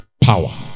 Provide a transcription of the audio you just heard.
power